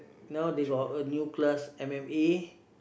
now they got a new class m_m_a